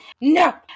No